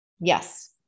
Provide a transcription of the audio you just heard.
Yes